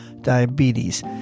diabetes